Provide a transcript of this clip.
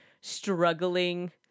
struggling